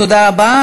תודה רבה.